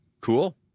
Cool